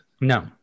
No